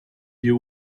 you